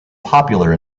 popular